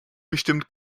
bestimmt